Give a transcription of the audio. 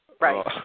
Right